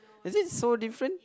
is it so different